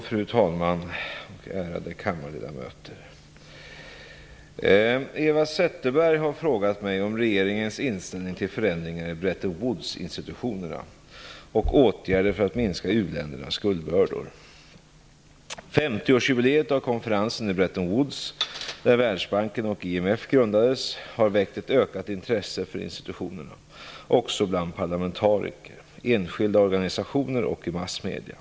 Fru talman! Ärade kammarledamöter! Eva Zetterberg har frågat mig om regeringens inställning till förändringar i Bretton Woods-institutionerna och åtgärder för att minska u-ländernas skuldbördor. 50-årsjubileet av konferensen i Bretton Woods, där Världsbanken och IMF grundades, har väckt ett ökat intresse för institutionerna, också bland parlamentariker, enskilda organisationer och i massmedier.